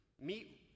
meet